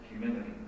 humility